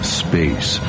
space